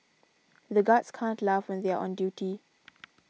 the guards can't laugh when they are on duty